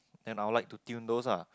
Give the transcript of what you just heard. then I would like to tune those ah